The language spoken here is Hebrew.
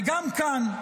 וגם כאן,